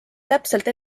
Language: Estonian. täpselt